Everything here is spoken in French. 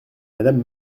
madame